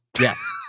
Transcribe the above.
Yes